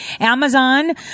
Amazon